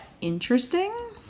interesting